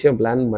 plan